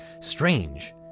Strange